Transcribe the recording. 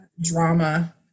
drama